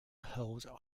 hurled